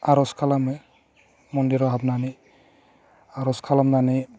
आर'ज खालामो मन्दिराव हाबनानै आर'ज खालामनानै